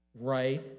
Right